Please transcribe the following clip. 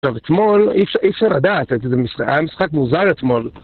עכשיו אתמול, אי אפש-אי אפשר לדעת, את-זה-מש-היה משחק מוזר אתמול.